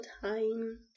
time